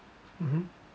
mmhmm